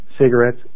cigarettes